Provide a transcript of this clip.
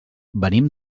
venim